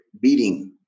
beating